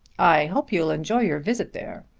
i hope you'll enjoy your visit there.